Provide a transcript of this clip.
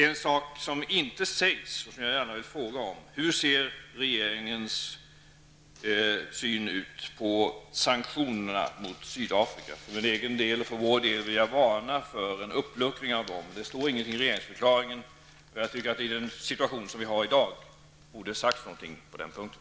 En sak som inte sägs och som jag gärna vill fråga om är hur regeringens syn på sanktionerna mot Sydafrika ser ut. Jag vill, för egen del, varna för en uppluckring av dem. Det står ingenting i regeringsförklaringen om detta. Jag tycker att man, i den situation som vi har i dag, borde säga någonting på den punkten.